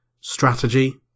strategy